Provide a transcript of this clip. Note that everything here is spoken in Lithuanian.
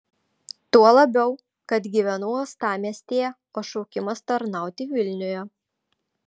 tuo labiau kad gyvenu uostamiestyje o šaukimas tarnauti vilniuje